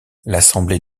l’assemblée